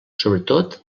sobretot